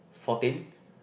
fourteen